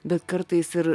bet kartais ir